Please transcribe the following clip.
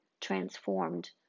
transformed